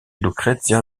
lucrezia